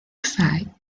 side